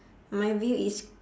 my view is